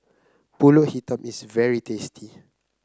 pulut hitam is very tasty